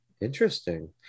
interesting